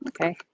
Okay